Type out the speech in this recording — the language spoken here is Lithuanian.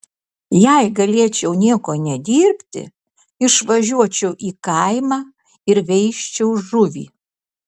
jei galėčiau nieko nedirbti išvažiuočiau į kaimą ir veisčiau žuvį